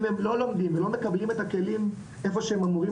אם הם לא לומדים ולא מקבלים את הכלים איפה שהם אמורים